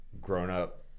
grown-up